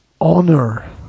honor